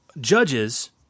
Judges